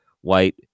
white